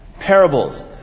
Parables